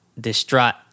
distraught